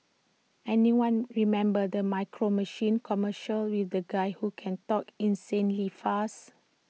anyone remember the micro machines commercials with the guy who can talk insanely fast